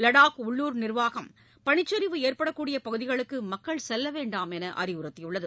லடாக் உள்ளுர் நிர்வாகம் பளிச்சரிவு ஏற்படக்கூடிய பகுதிகளுக்கு மக்கள் செல்லவேண்டாம் என்று அறிவுறுத்தியுள்ளது